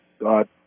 God